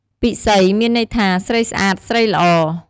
ពិសី មានន័យថាស្រីស្អាត ស្រីល្អ។